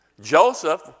Joseph